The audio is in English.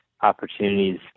opportunities